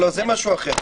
זה משהו אחר.